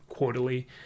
quarterly